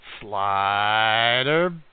Slider